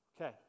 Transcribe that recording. Okay